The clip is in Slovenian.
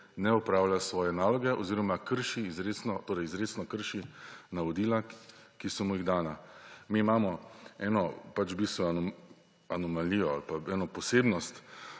ne opravlja svoje naloge oziroma krši izrecno, torej izrecno krši navodila, ki so mu dana. Mi imamo v bistvu eno anomalijo ali pa eno posebnost